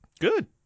Good